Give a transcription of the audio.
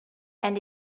and